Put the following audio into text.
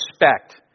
respect